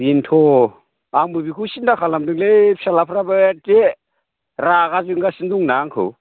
बेनोथ' आंबो बेखौ सिन्था खालामदोंलै फिसालाफ्राबो एक्के रागा जोंगासिनो दंना आंखौ